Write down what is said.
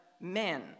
men